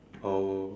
oh